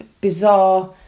bizarre